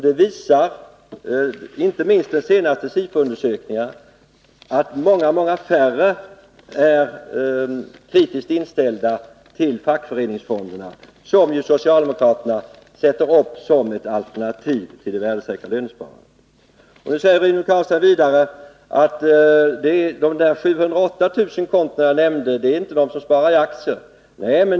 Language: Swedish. De senaste SIFO-undersökningarna visar dessutom att allt fler blir kritiskt inställda till fackföreningsfonderna, som socialdemokraterna sätter upp som ett alternativ till det värdesäkra lönesparandet. Rune Carlstein säger vidare att 708 000 av de konton som jag nämnde inte gäller aktiesparande.